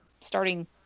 starting